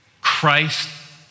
Christ